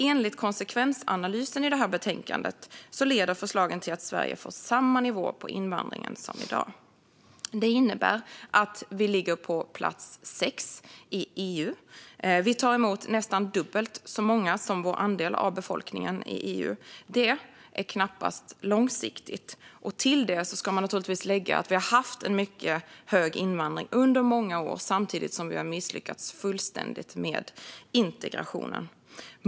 Enligt konsekvensanalysen i detta betänkande leder förslagen till att Sverige får samma nivå på invandringen som i dag. Det innebär att vi ligger på plats sex i EU. Vi tar emot nästan dubbelt så många i förhållande till vår andel av befolkningen i EU. Det är knappast långsiktigt. Till detta ska man naturligtvis lägga att vi har haft en mycket stor invandring under många år samtidigt som vi har misslyckats fullständigt med integrationen.